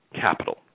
capital